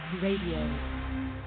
Radio